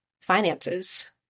finances